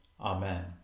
Amen